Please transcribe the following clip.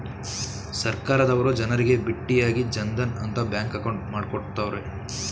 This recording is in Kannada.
ಸರ್ಕಾರದವರು ಜನರಿಗೆ ಬಿಟ್ಟಿಯಾಗಿ ಜನ್ ಧನ್ ಅಂತ ಬ್ಯಾಂಕ್ ಅಕೌಂಟ್ ಮಾಡ್ಕೊಡ್ತ್ತವ್ರೆ